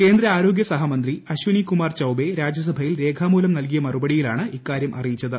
കേന്ദ്ര ആരോഗ്യ സഹമന്ത്രി അശ്വിനി കുമാർ ചിട്ടബ് രാജ്യസഭയിൽ രേഖാമൂലം നൽകിയ മറുപടിയിലാണ് ് ഇക്കാര്യം അറിയിച്ചത്